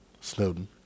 Snowden